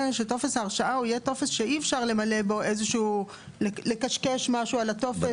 שטופס ההרשאה יהיה טופס שאי אפשר לקשקש משהו על הטופס.